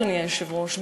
אדוני היושב-ראש,